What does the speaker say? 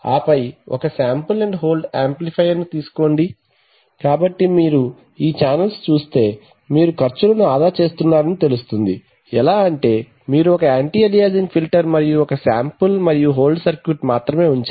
ఆపై ఒక శాంపుల్ మరియు హోల్డ్ యాంప్లిఫైయర్ ను తీసుకోండి కాబట్టి మీరు ఈ ఛానెల్స్ చూస్తే మీరు ఖర్చులను ఆదా చేస్తున్నారని తెలుస్తుంది ఎలా అంటే మీరు ఒక యాంటీ అలియాసింగ్ ఫిల్టర్ మరియు ఒకశాంపుల్ మరియు హోల్డ్ సర్క్యూట్ మాత్రమే ఉంచారు